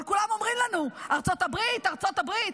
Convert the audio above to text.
אבל כולם אומרים לנו: ארצות הברית, ארצות הברית.